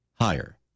higher